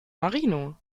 marino